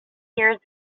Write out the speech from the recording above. years